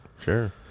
Sure